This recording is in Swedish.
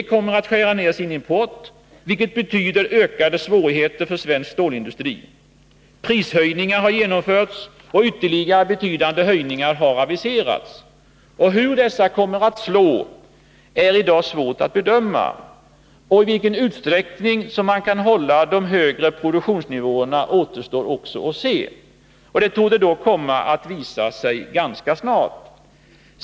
EG kommer att skära ner sin import, vilket betyder ökade svårigheter för svensk stålindustri. Prishöjningar har genomförts, och ytterligare betydande höjningar har aviserats. Hur dessa kommer att slå är i dag svårt att bedöma. I vilken utsträckning man kan hålla de högre produktionsnivåerna återstår att se. Det torde dock komma att visa sig ganska snart.